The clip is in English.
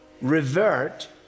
revert